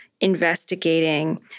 investigating